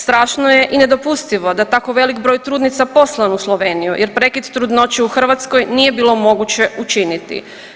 Strašno je i nedopustivo da tako veliki broj trudnica poslan u Sloveniju jer prekid trudnoće u Hrvatskoj nije bilo moguće učiniti.